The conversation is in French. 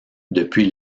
depuis